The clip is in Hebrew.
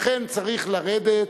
לכן צריך לרדת,